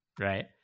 right